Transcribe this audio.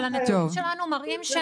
הכנה לקריאה